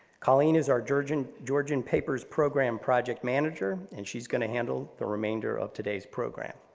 colleen is our georgian georgian papers programme project manager, and she's going to handle the remainder of today's program.